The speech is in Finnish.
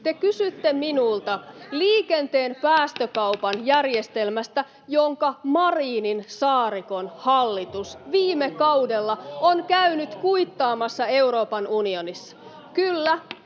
Te kysytte minulta liikenteen päästökaupan järjestelmästä, jonka Marinin—Saarikon hallitus viime kaudella on käynyt kuittaamassa Euroopan unionissa.